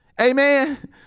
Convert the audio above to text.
Amen